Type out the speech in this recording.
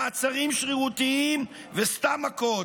מעצרים שרירותיים וסתם מכות,